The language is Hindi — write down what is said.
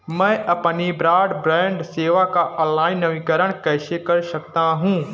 मैं अपनी ब्रॉडबैंड सेवा का ऑनलाइन नवीनीकरण कैसे कर सकता हूं?